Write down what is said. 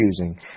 choosing